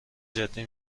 جدی